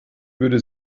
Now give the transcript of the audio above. würde